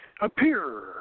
Appear